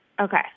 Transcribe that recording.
Okay